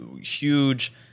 huge